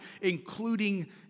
including